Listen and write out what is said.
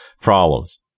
problems